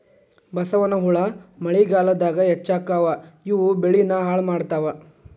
ಬಸವನಹುಳಾ ಮಳಿಗಾಲದಾಗ ಹೆಚ್ಚಕ್ಕಾವ ಇವು ಬೆಳಿನ ಹಾಳ ಮಾಡತಾವ